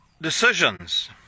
decisions